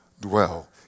dwell